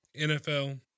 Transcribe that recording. NFL